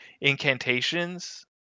incantations